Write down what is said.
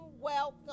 welcome